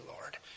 Lord